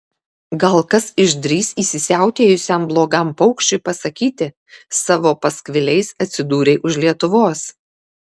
gal kas išdrįs įsisiautėjusiam blogam paukščiui pasakyti savo paskviliais atsidūrei už lietuvos